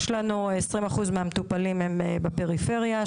יש לנו 20% מהמטופלים הם בפריפריה,